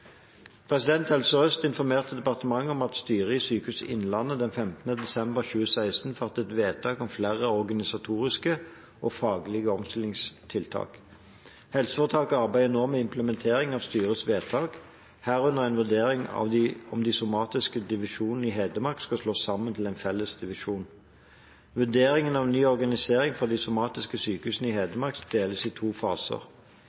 Helse Sør-Øst har informert departementet om at styret i Sykehuset Innlandet den 15. desember 2016 fattet vedtak om flere organisatoriske og faglige omstillingstiltak. Helseforetaket arbeider nå med implementering av styrets vedtak, herunder en vurdering av om de somatiske divisjonene i Hedmark skal slås sammen til én felles divisjon. Vurderingen av ny organisering for de somatiske sykehusene i